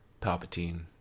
Palpatine